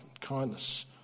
kindness